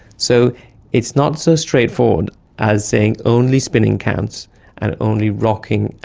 so it's not so straightforward as saying only spinning counts and only rocking,